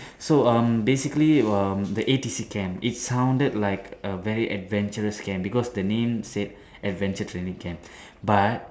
so um basically um the A_T_C camp it sounded like a very adventurous camp because the name said adventure training camp but